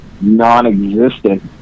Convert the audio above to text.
non-existent